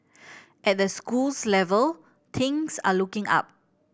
at the schools level tings are looking up